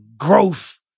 Growth